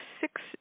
six